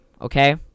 Okay